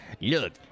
Look